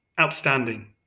outstanding